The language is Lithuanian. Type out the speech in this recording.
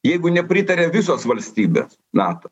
jeigu nepritaria visos valstybės nato